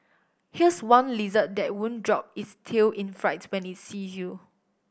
here's one lizard that won't drop its tail in fright when it see you